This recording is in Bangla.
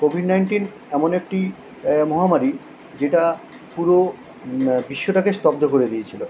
কোভিড নাইন্টিন এমন একটি মহামারী যেটা পুরো বিশ্বটাকে স্তব্ধ করে দিয়েছিলো